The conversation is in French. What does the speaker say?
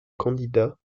candidat